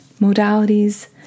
modalities